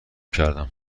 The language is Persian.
کردم